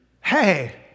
Hey